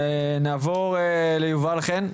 נעבור ליובל חן,